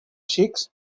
xics